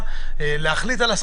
להבין,